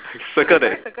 I circle that